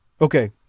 Okay